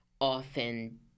often